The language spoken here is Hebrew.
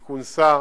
היא כונסה